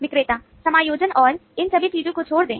विक्रेता समायोजन और इन सभी चीजों को छोड़ दें